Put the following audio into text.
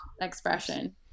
expression